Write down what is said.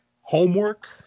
homework